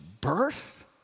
birth